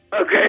Okay